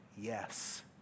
yes